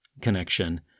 connection